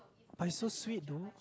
but it's so sweet though